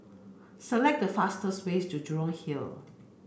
select the fastest way to Jurong Hill